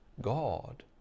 God